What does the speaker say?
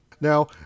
Now